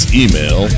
email